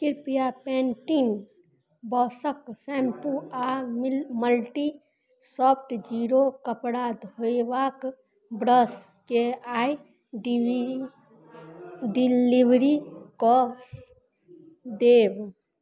कृप्या पैंटीन बासक शैम्पू आओर मि मल्टी सॉफ्ट जीरो कपड़ा धोयबाक ब्रशके आइ डिली डिलीवरी कऽ देब